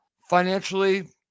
Financially